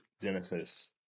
Genesis